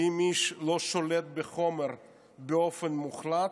האם האיש לא שולט בחומר באופן מוחלט,